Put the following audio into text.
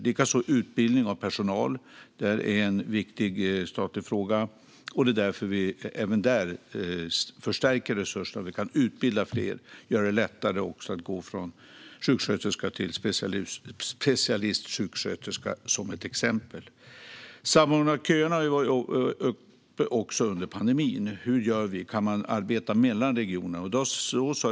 Likaså utbildning av personal är en viktig statlig fråga, och därför förstärker vi resurserna även där så att vi kan utbilda fler och också göra det lättare att exempelvis gå från sjuksköterska till specialistsjuksköterska. Samordning av köerna har också varit uppe under pandemin. Hur gör vi? Kan man arbeta mellan regionerna?